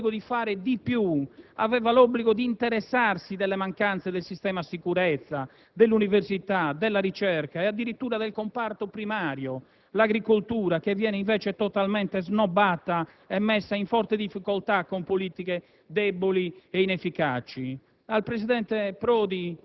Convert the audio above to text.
previste rappresenta una sorta di minifinaziaria aveva l'obbligo di fare di più! Aveva l'obbligo di interessarsi delle mancanze del sistema sicurezza, dell'università, della ricerca e addirittura del comparto primario, l'agricoltura, che viene invece totalmente snobbata e messa in forte difficoltà con politiche